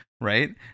Right